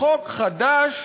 בחוק חדש